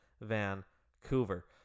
Vancouver